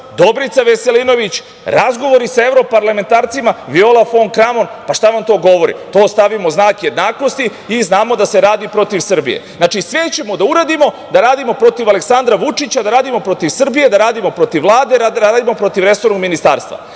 Dobrica Veselinović, razgovori sa evroparlamentarcima Viola fon Kramon, pa šta vam to govori? To stavimo znak jednakosti i znamo da se radi protiv Srbije. znači, sve ćemo da uradimo, da radimo protiv Aleksandra Vučića, da radimo protiv Srbije, da radimo protiv Vlade, da radimo protiv resornog ministarstva.